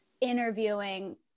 interviewing